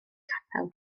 capel